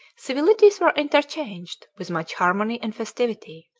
civilities were interchanged with much harmony and festivity.